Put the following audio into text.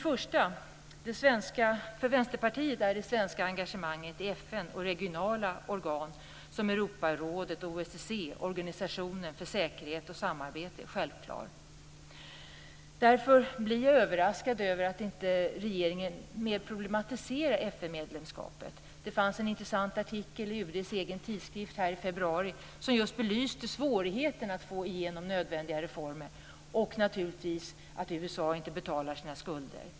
För Vänsterpartiet är det svenska engagemanget i FN och regionala organ som Europarådet och OSSE, organisationen för säkerhet och samarbete, självklart. Därför blir jag överraskad över att regeringen inte mer problematiserar FN-medlemskapet. Det fanns en intressant artikel i UD:s egen tidskrift i februari som just belyste svårigheten att få igenom nödvändiga reformer och, naturligtvis, att USA inte betalar sina skulder.